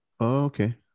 Okay